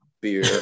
beer